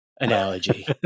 analogy